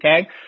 okay